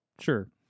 Sure